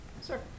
sir